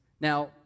Now